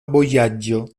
vojaĝo